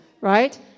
Right